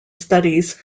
studies